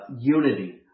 unity